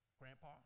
Grandpa